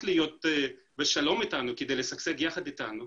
עכשיו להיות בשלום אתנו כדי לשגשג יחד אתנו.